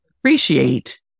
appreciate